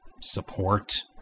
support